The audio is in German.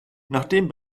nachdem